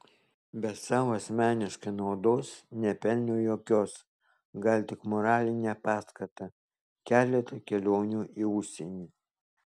bet sau asmeniškai naudos nepelniau jokios gal tik moralinę paskatą keletą kelionių į užsienį